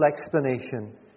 explanation